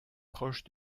proche